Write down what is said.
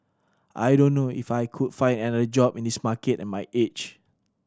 I don't know if I could find another job in this market at my age